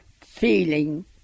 feeling